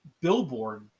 billboard